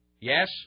yes